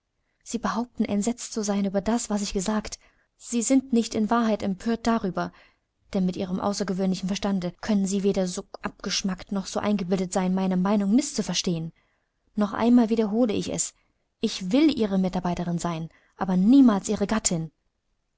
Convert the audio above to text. sie behaupten entsetzt zu sein über das was ich gesagt sie sind nicht in wahrheit empört darüber denn mit ihrem außergewöhnlichen verstande können sie weder so abgeschmackt noch so eingebildet sein meine meinung mißzuverstehen noch einmal wiederhole ich es ich will ihre mitarbeiterin sein aber niemals ihre gattin